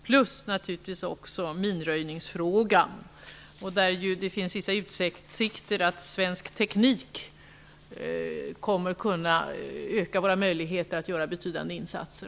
Minröjningsfrågan är naturligtvis också viktig, där det finns vissa utsikter att svensk teknik kommer att kunna öka våra möjligheter att göra betydande insatser.